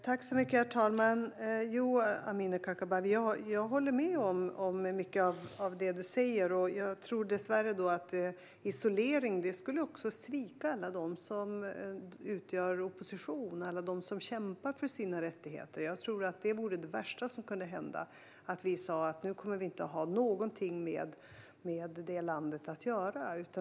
Herr talman och Amineh Kakabaveh! Jag håller med om mycket av det du säger, men jag tror dessvärre att isolering skulle svika alla som utgör oppositionen och som kämpar för sina rättigheter. Jag tror att det värsta som kan hända är om vi säger att vi inte ska något med landet att göra.